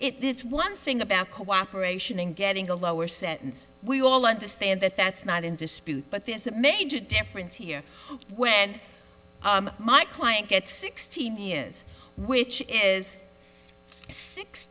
it's one thing about cooperation and getting a lower sentence we all understand that that's not in dispute but there is a major difference here when my client gets sixteen years which is six